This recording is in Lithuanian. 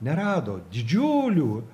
nerado didžiulių